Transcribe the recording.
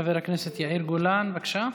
חבר הכנסת יאיר גולן, בבקשה.